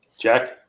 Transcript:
Jack